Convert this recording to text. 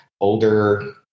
older